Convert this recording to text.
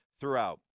throughout